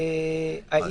שוויון.